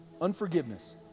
Unforgiveness